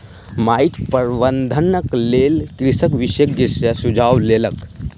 माइट प्रबंधनक लेल कृषक विशेषज्ञ सॅ सुझाव लेलक